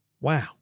wow